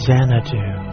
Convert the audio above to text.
Xanadu